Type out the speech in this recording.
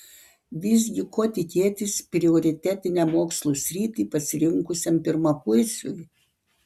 visgi ko tikėtis prioritetinę mokslų sritį pasirinkusiam pirmakursiui